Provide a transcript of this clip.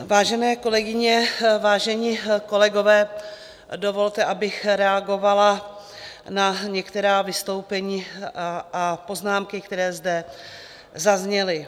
Vážené kolegyně, vážení kolegové, dovolte, abych reagovala na některá vystoupení a poznámky, které zde zazněly.